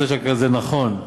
זה נכון.